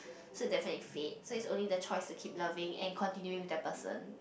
so definitely fade so it's only the choice to keep loving and continuing with that person